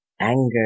anger